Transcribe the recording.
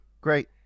great